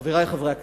חברי חברי הכנסת,